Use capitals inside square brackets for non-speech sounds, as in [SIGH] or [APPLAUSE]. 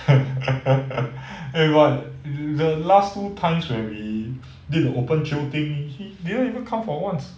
[LAUGHS] eh but the last two times when we did open the jio thing he he didn't even come for once